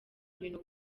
ibintu